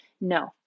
no